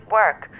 work